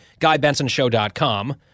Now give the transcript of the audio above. GuyBensonShow.com